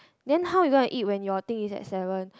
then how you gonna eat when your thing is at seven